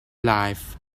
life